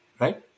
right